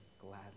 gladly